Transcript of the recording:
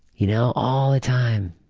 you know all the time.